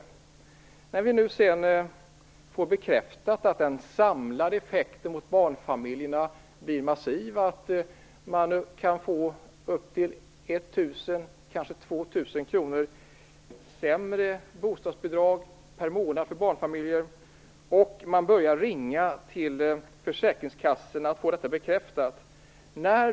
Nu får vi bekräftat att den samlade effekten för barnfamiljerna blir massiv, att man kan få upp till Folk börjar ringa till försäkringskassorna och får det bekräftat.